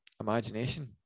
imagination